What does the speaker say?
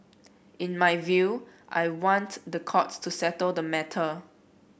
in my view I want the courts to settle the matter